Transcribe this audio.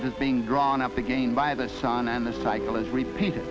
it is being drawn up again by the sun and the cycle is repeated